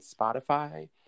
Spotify